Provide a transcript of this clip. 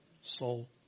soul